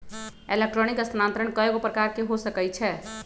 electronic स्थानान्तरण कएगो प्रकार के हो सकइ छै